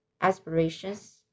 aspirations